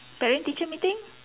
parent teacher meeting